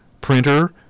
printer